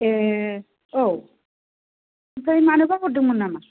ए औ ओमफ्राय मानोबा हरदोंमोन नामा